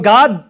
God